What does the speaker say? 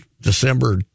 December